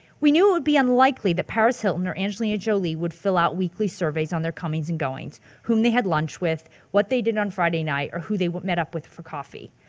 we knew it would be unlikely that paris hilton or angelina jolie would fill out weekly surveys on their comings and goings whom they had lunch with, what they did on friday night, or who they met up with for coffee.